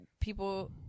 people